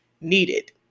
needed